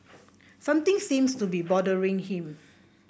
something seems to be bothering him